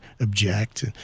object